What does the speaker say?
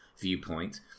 viewpoint